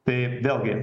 tai vėlgi